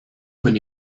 when